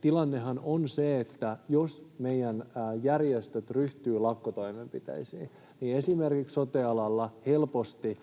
Tilannehan on se, että jos meidän järjestöt ryhtyvät lakkotoimenpiteisiin, niin esimerkiksi sote-alalla helposti